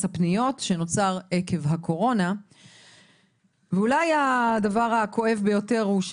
הפניות שנוצר עקב וירוס הקורונה ואולי הדבר הכואב ביותר הוא,